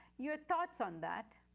your thoughts on that?